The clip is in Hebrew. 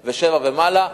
שישה ולשבעה ומעלה.